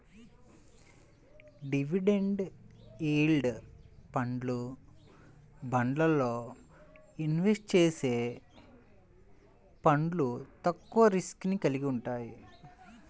dividend yield ఫండ్లు, బాండ్లల్లో invest చేసే ఫండ్లు తక్కువ రిస్క్ ని కలిగి వుంటయ్యి